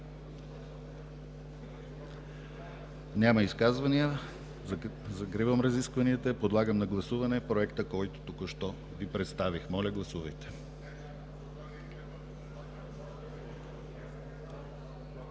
за изказвания. Няма. Закривам разискванията. Подлагам на гласуване Проекта, който току-що Ви представих. Моля, гласувайте.